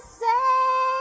say